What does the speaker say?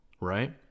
right